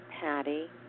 Patty